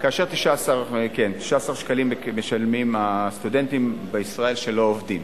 כאשר 19 שקלים משלמים הסטודנטים בישראל שלא עובדים.